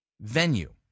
venue